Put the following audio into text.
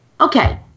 Okay